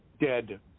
dead